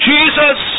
Jesus